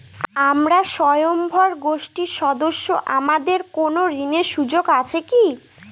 আমরা স্বয়ম্ভর গোষ্ঠীর সদস্য আমাদের কোন ঋণের সুযোগ আছে কি?